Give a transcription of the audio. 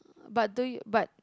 but do you but